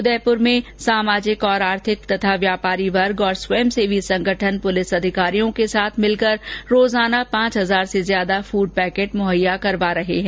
उदयपुर में शहर के सामाजिक आर्थिक और व्यापारिक वर्ग तथा स्वयंसेवी संगठन पुलिस अधिकारियों के साथ मिलकर रोजाना पांच हजार से अधिक फूड पैकेट मुहैया करा रहे हैं